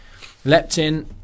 leptin